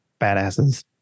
Badasses